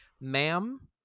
ma'am